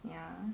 ya